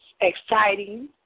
exciting